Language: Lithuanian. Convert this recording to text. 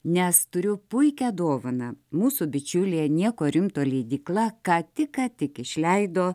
nes turiu puikią dovaną mūsų bičiulė nieko rimto leidykla ką tik ką tik išleido